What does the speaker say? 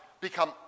become